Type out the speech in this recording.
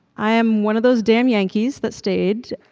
i am one of those damn yankees that stayed.